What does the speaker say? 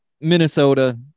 Minnesota